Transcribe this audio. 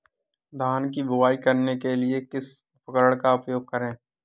धान की बुवाई करने के लिए किस उपकरण का उपयोग करें?